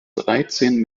dreizehn